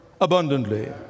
abundantly